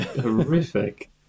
horrific